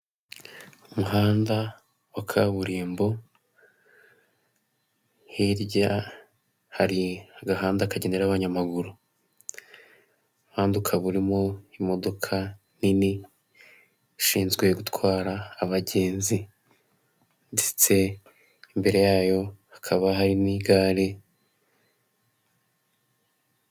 Umuhanda wa kaburimbo hirya hari agahanda kagenewe abanyamaguru urimo imodoka nini ishinzwe gutwara abagenzi ndetse mbere yayo hakaba harimo igare.